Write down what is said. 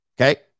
Okay